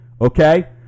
okay